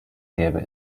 gäbe